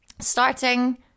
starting